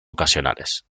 ocasionales